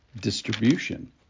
distribution